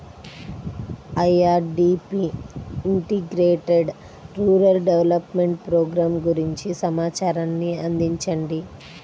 IRDP integrated rural development programme గురించి సమాచారాన్ని అందించండి?